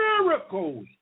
miracles